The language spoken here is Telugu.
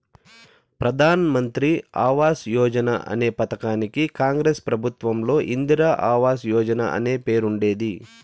ప్రధాన్ మంత్రి ఆవాస్ యోజన అనే ఈ పథకానికి కాంగ్రెస్ ప్రభుత్వంలో ఇందిరా ఆవాస్ యోజన అనే పేరుండేది